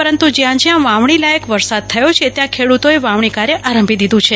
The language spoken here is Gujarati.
પરંતુ જ્યાં જ્યાં વાવણી લાયક વરસાદ થયો છે ત્યાં ખેડૂતોએ વાવણી કાર્ય આરંભી દીધું છે